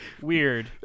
weird